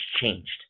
changed